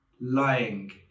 lying